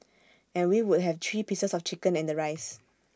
and we would have three pieces of chicken and the rice